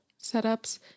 setups